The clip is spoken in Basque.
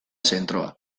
zentroa